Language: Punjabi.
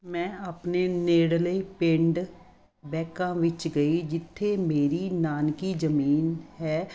ਮੈਂ ਆਪਣੇ ਨੇੜਲੇ ਪਿੰਡ ਬੈਕਾ ਵਿੱਚ ਗਈ ਜਿੱਥੇ ਮੇਰੀ ਨਾਨਕੀ ਜਮੀਨ ਹੈ